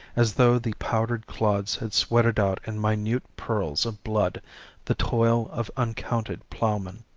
as though the powdered clods had sweated out in minute pearls of blood the toil of uncounted ploughmen.